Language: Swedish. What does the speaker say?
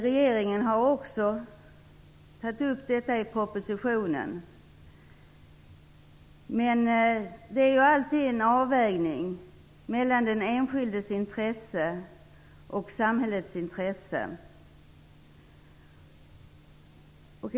Regeringen har också tagit upp detta i propositionen, men det är alltid fråga om en avvägning mellan den enskildes intresse och samhällets.